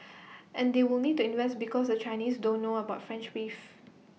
and they will need to invest because the Chinese don't know about French beef